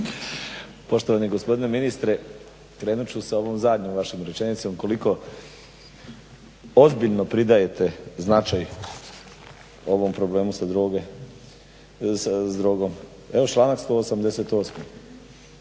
Poštovani gospodine ministre. Krenut ću sa ovom zadnjom vašom rečenicom koliko ozbiljno pridajete značaj ovom problemu sa drogom. Evo članak 188.tko